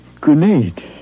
Grenade